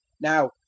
Now